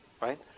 right